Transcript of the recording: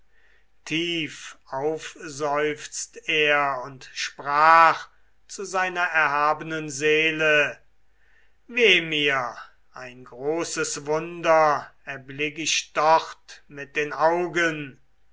tief aufseufzt er und sprach zu seiner erhabenen seele weh mir ein großes wunder erblick ich dort mit den augen